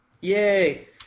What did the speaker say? Yay